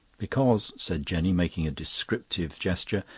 because, said jenny, making a descriptive gesture,